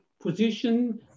position